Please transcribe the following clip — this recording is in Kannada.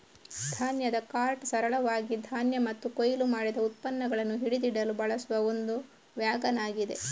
ಧಾನ್ಯದ ಕಾರ್ಟ್ ಸರಳವಾಗಿ ಧಾನ್ಯ ಮತ್ತು ಕೊಯ್ಲು ಮಾಡಿದ ಉತ್ಪನ್ನಗಳನ್ನ ಹಿಡಿದಿಡಲು ಬಳಸುವ ಒಂದು ವ್ಯಾಗನ್ ಆಗಿದೆ